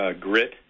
Grit